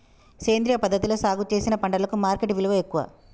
సేంద్రియ పద్ధతిలా సాగు చేసిన పంటలకు మార్కెట్ విలువ ఎక్కువ